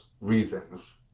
reasons